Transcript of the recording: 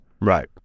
Right